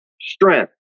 strength